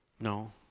No